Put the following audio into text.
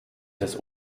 des